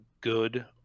good